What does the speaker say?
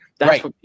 Right